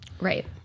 Right